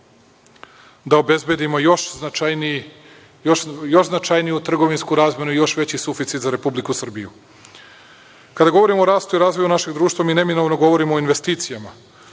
da obezbedimo još značajniju trgovinsku razmenu i još veći suficit za Republiku Srbiju. Kada govorimo rastu i razvoju našeg društva, mi neminovno govorimo o investicijama.